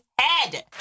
head